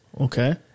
Okay